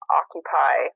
occupy